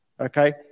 okay